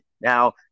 Now